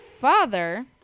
father